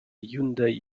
hyundai